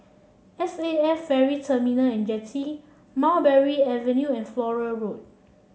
S A F Ferry Terminal and Jetty Mulberry Avenue and Flora Road